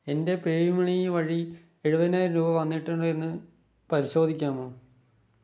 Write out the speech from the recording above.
എൻ്റെ PayUmoney വഴി എഴുവതിനായിരം രൂപ വന്നിട്ടുണ്ടോ എന്ന് പരിശോധിക്കാമോ